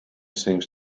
seems